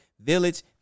Village